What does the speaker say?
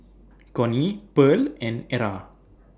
Connie Pearl and Era